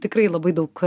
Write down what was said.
tikrai labai daug